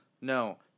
No